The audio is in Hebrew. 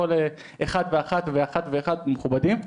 כל אחת ואחד מהמכובדים,